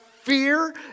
fear